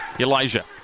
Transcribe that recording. Elijah